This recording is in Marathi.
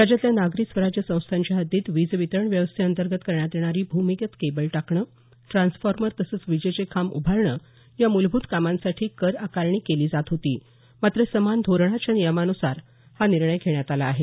राज्यातल्या नागरी स्वराज्य संस्थांच्या हद्दीत वीज वितरण व्यवस्थेंतर्गत करण्यात येणारी भूमिगत केबल टाकणं ट्रान्सफॉर्मर तसंच विजेचे खांब उभारणं या मूलभूत कामांसाठी कर आकारणी केली जात होती मात्र समान धोरणाच्या नियमान्सार हा निर्णय घेण्यात आला आहे